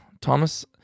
Thomas